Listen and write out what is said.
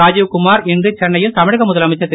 ராஜீவ்குமார் இன்று சென்னையில் தமிழக முதலமைச்சர் திரு